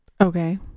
Okay